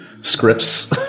scripts